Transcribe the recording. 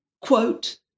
quote